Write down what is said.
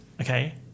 Okay